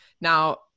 Now